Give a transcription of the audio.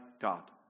God